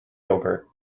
yogurt